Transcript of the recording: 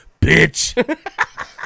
Bitch